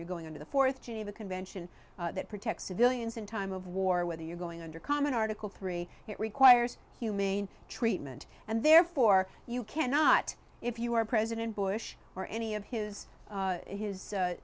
you're going into the fourth geneva convention that protect civilians in time of war whether you're going under common article three it requires humane treatment and therefore you cannot if you are president bush or any of his his